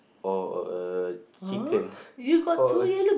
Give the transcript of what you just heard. or or a chicken or a